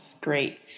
great